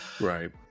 Right